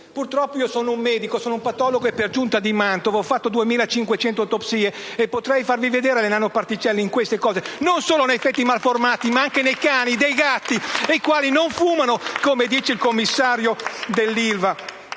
Purtroppo io sono un medico, sono un patologo e per giunta di Mantova. Ho eseguito 2.500 autopsie e potrei farvi vedere le nanoparticelle non solo nei feti malformati, ma anche nei cani, nei gatti, i quali non fumano, come dice il commissario dell'Ilva.